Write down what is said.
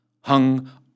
hung